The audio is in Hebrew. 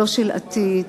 של עתיד,